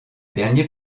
derniers